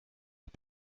est